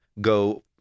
go